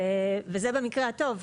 וזה במקרה הטוב,